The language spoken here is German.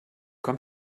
komm